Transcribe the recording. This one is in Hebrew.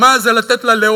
הלאמה זה לתת ללאום.